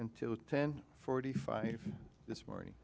until ten forty five this morning